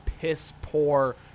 piss-poor